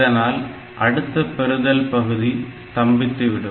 இதனால் அடுத்த பெறுதல் பகுதி ஸ்தம்பித்து விடும்